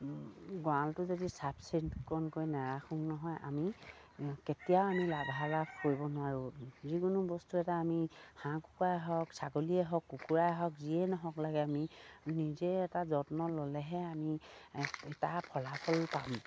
গঁৰালটো যদি চাফ চিকুণকৈ নেৰাখো নহয় আমি কেতিয়াও আমি লাভালাভ কৰিব নোৱাৰোঁ যিকোনো বস্তু এটা আমি হাঁহ কুকুৰাই হওক ছাগলীয়ে হওক কুকুৰাই হওক যিয়ে নহওক লাগে আমি নিজে এটা যত্ন ল'লেহে আমি এটা ফলাফল পাম